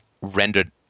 rendered